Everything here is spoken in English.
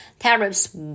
Tariffs